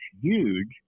huge